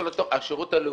השירות הלאומי.